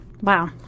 Wow